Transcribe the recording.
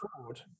fraud